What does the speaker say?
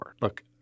Look